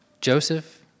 Joseph